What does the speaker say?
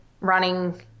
running